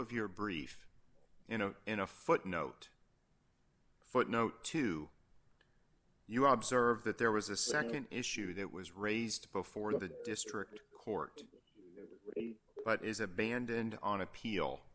of your brief in a in a footnote footnote to you rob serve that there was a nd issue that was raised before the district court but is abandoned on appeal